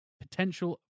potential